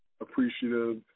appreciative